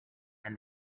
and